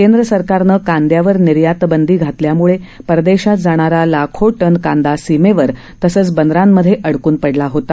केंद्रसरकारनं कांदयावर निर्यातबंदी घातल्यामुळे परदेशात जाणारा लाखो टन कांदा सीमेवर तसंच बंदरांमधे अडकन पडला होता